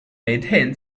maintain